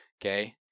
Okay